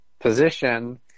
position